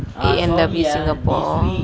A&W singapore